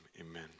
amen